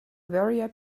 warrior